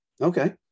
Okay